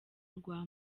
rwa